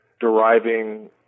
deriving